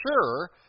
sure